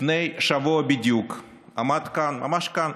לפני שבוע בדיוק עמד כאן, ממש כאן